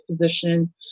position